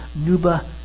Nuba